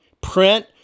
print